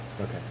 Okay